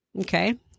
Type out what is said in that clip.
Okay